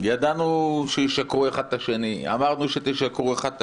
ידענו שישקרו אחד את השני אמרנו שתשקרו אחד את